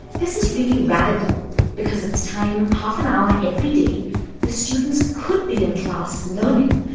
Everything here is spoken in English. this is really radical because it's time half an hour every day the students could be in class, learning.